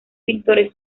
pintores